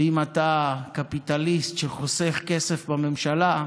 ואם אתה קפיטליסט שחוסך כסף בממשלה,